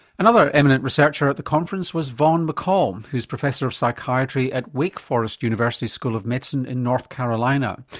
another eminent researcher at the conference was vaughn mccall who's professor of psychiatry at wake forest university school of medicine in north carolina.